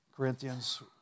Corinthians